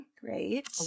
Great